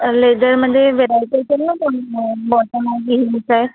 लेदरमध्ये variety असेल ना कोण बॉटम आहे हिलचं आहे